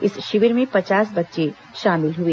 इस शिविर में पचास बच्चे शामिल हुए